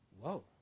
Whoa